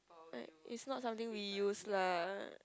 I it's not something we use lah